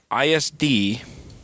ISD